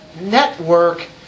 network